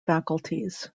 faculties